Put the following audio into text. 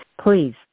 Please